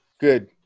Good